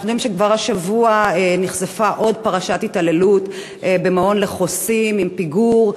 אנחנו יודעים שהשבוע נחשפה עוד פרשת התעללות במעון לחוסים עם פיגור,